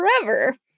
forever